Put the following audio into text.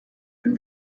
wenn